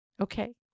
Okay